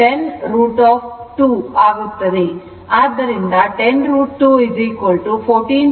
ಆದ್ದರಿಂದ 10 √ 2 14